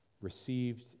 received